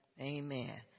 amen